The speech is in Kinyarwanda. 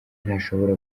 ntashobora